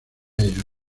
ellos